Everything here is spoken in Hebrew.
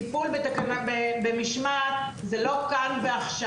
טיפול במשמעת זה לא כאן ועכשיו.